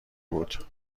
بود